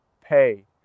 pay